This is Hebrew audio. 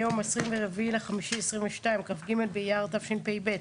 היום 24 במאי 2022, כ"ג באייר התשפ"ב.